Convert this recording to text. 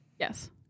Yes